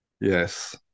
Yes